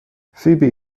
فیبی